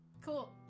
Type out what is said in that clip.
Cool